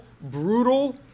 brutal